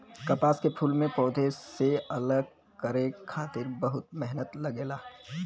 कपास के फूल के पौधा में से अलग करे खातिर बहुते मेहनत लगेला